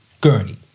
gurney